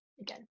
Again